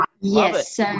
yes